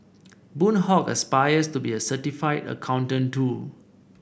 Boon Hock aspires to be a certified accountant too